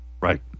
Right